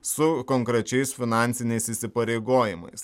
su konkrečiais finansiniais įsipareigojimais